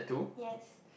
yes